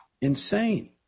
Insane